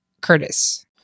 curtis